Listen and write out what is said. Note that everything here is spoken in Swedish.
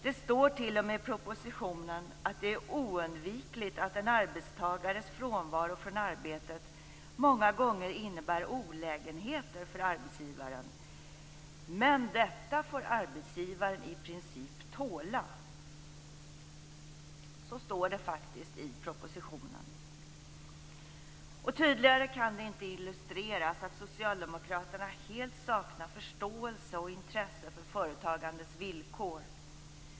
Det står t.o.m. i propositionen att det är oundvikligt att en arbetstagares frånvaro från arbetet många gånger innebär olägenheter för arbetsgivaren - men detta får arbetsgivaren i princip tåla! Så står det faktiskt i propositionen. Tydligare kan det inte illustreras att socialdemokraterna helt saknar förståelse och intresse för företagandets villkor.